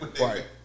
Right